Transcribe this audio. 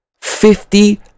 fifty